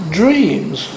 dreams